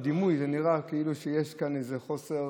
בדימוי זה נראה כאילו יש כאן איזה חוסר